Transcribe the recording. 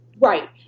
Right